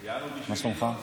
מה שלומך?